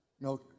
No